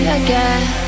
again